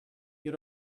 you